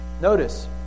Notice